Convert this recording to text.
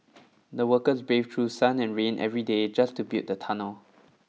the workers braved through sun and rain every day just to build the tunnel